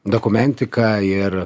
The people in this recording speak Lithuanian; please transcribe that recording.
dokumentiką ir